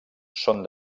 són